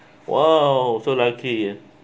!wow! so lucky